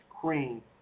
cream